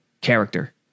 Character